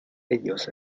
ellos